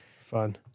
Fun